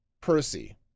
Percy